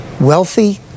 wealthy